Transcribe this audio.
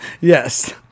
Yes